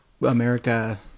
America